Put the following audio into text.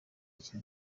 iki